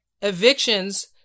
evictions